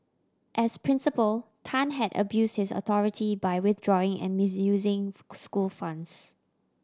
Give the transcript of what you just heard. as principal Tan had abused his authority by withdrawing and misusing school funds